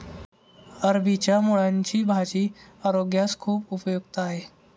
अरबीच्या मुळांची भाजी आरोग्यास खूप उपयुक्त आहे